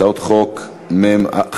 הצעת חוק מ/541.